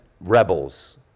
rebels